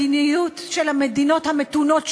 המדיניות של המדינות המתונות שבשכונה,